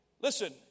Listen